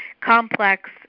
complex